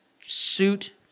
suit